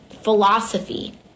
Philosophy